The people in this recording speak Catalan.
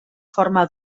forma